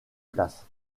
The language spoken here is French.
place